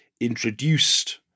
introduced